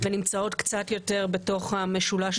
ונמצאות קצת יותר בתוך המשולש.